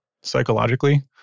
psychologically